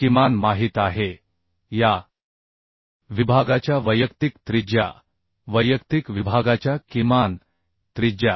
किमान माहित आहे या विभागाच्या वैयक्तिक त्रिज्या वैयक्तिक विभागाच्या किमान त्रिज्या